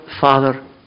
Father